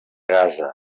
gaza